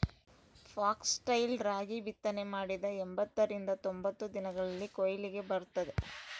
foxtail ರಾಗಿ ಬಿತ್ತನೆ ಮಾಡಿದ ಎಂಬತ್ತರಿಂದ ತೊಂಬತ್ತು ದಿನಗಳಲ್ಲಿ ಕೊಯ್ಲಿಗೆ ಬರುತ್ತದೆ